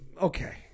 Okay